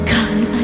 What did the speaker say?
God